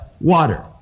water